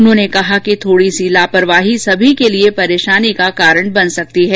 उन्होंने कहा कि थोड़ी सी लापरवाही सभी के लिए परेशानी का कारण बन सकती है